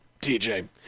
TJ